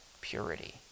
purity